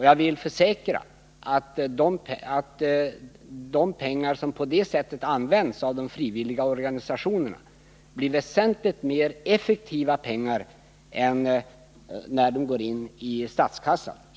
Jag vill försäkra att de pengar som därigenom kunde användas av de frivilliga organisationerna skulle användas på ett väsentligt mer effektivt sätt än som är fallet när pengarna går in i statskassan.